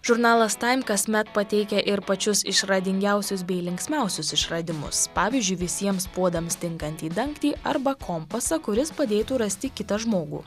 žurnalas time kasmet pateikia ir pačius išradingiausius bei linksmiausius išradimus pavyzdžiui visiems puodams tinkantį dangtį arba kompasą kuris padėtų rasti kitą žmogų